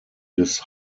des